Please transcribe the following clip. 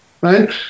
right